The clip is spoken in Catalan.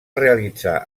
realitzar